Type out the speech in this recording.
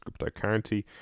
cryptocurrency